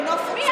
בנופת צופים,